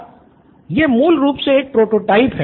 student 1 यह मूल रूप से एक प्रोटोटाइप है